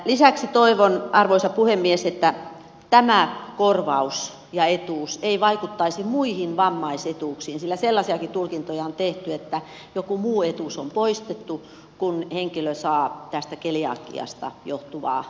lisäksi toivon arvoisa puhemies että tämä korvaus ja etuus ei vaikuttaisi muihin vammaisetuuksiin sillä sellaisiakin tulkintoja on tehty että joku muu etuus on poistettu kun henkilö saa tästä keliakiasta johtuvaa vammaiskorvausta